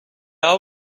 are